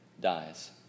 dies